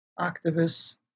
activists